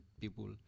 people